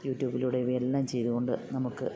യൂട്യൂബിലൂടെ ഇവയെല്ലാം ചെയ്തുകൊണ്ട് നമുക്ക്